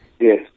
Yes